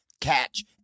Catch